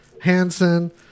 Hansen